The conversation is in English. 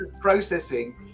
processing